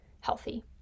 healthy